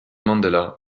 mandela